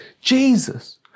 Jesus